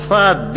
בצפת?